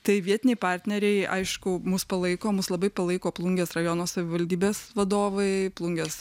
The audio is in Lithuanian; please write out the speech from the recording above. tai vietiniai partneriai aišku mus palaiko mus labai palaiko plungės rajono savivaldybės vadovai plungės